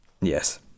Yes